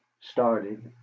started